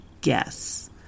guess